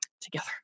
Together